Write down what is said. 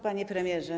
Panie Premierze!